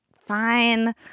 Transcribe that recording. fine